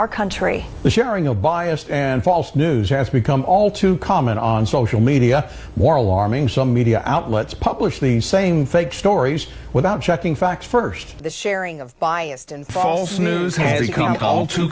our country sharing a biased and false news has become all too common on social media more alarming some media outlets publish the same fake stories without checking facts first the sharing of biased and false news has become a call to